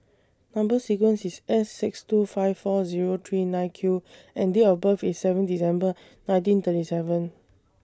Number sequence IS S six two five four Zero three nine Q and Date of birth IS seven December nineteen thirty seven